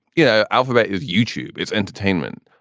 you know, alphabet is youtube, it's entertainment.